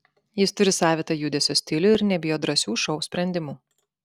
jis turi savitą judesio stilių ir nebijo drąsių šou sprendimų